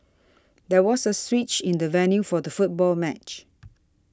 there was a switch in the venue for the football match